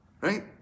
Right